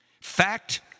Fact